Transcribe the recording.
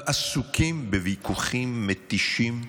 אבל עסוקים בוויכוחים מתישים,